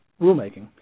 rulemaking